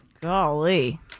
Golly